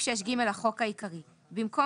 תיקון סעיף 6 5. בסעיף 6(ג) לחוק העיקרי - במקום